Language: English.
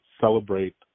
celebrate